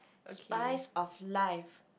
spice of life